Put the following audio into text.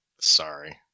Sorry